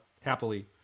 happily